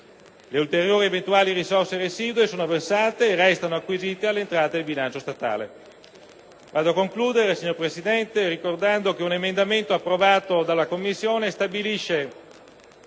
Le ulteriori eventuali risorse residue sono versate e restano acquisite all'entrata del bilancio statale.